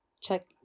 check